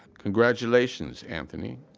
congratulations anthony.